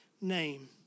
name